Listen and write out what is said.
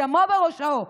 דמו בראשו,